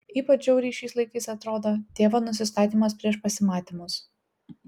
ypač žiauriai šiais laikais atrodo tėvo nusistatymas prieš pasimatymus